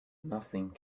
nothing